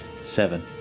seven